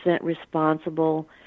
responsible